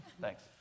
Thanks